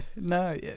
no